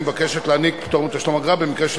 היא מתבקשת להעניק פטור מתשלום אגרה במקרה של